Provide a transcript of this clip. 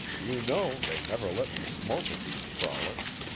you know they never let me smoke at these frolics.